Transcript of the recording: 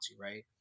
Right